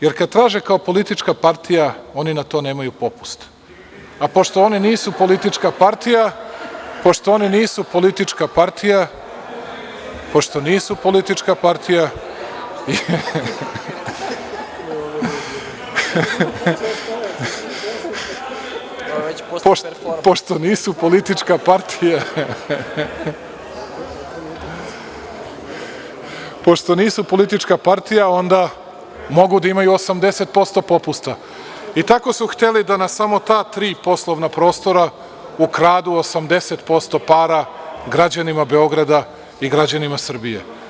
Jer, kada traže kao politička partija, oni na to nemaju popust, a pošto oni nisu politička partija, pošto nisu politička partija, pošto nisu politička partija, pošto nisu politička partija, pošto nisu politička partija, onda mogu da imaju 80% popusta i tako su hteli da na samo ta tri poslovna prostora ukradu 80% para građanima Beograda i građanima Srbije.